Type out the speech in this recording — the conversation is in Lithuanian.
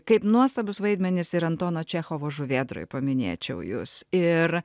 kaip nuostabius vaidmenis ir antano čechovo žuvėdroj paminėčiau jus ir